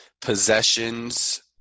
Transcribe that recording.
possessions